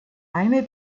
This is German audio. eine